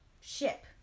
ship